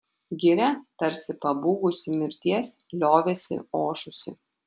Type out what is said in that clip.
giria tarsi pabūgusi mirties liovėsi ošusi